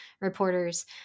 reporters